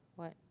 what